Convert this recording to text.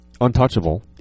untouchable